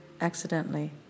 accidentally